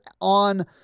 on